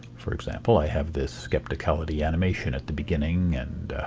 for example i have this skepticality animation at the beginning, and